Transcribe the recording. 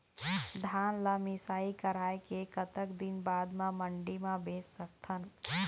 धान ला मिसाई कराए के कतक दिन बाद मा मंडी मा बेच सकथन?